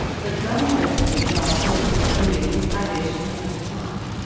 but manifestly to our priests and women this adage did not apply.